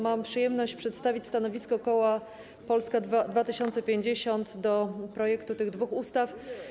Mam przyjemność przedstawić stanowisko koła Polska 2050 wobec projektów tych dwóch ustaw.